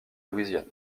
louisiane